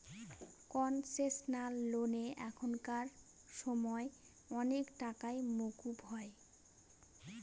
concessional লোনে এখানকার সময় অনেক টাকাই মকুব হয়